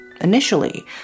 Initially